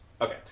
Okay